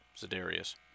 Zedarius